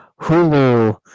Hulu